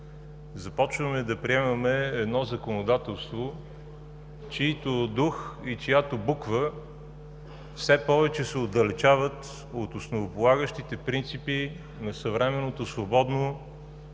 започваме да приемаме едно законодателство, чийто дух и чиято буква все повече се отдалечават от основополагащите принципи на съвременното свободно